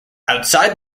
outside